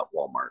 Walmart